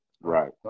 Right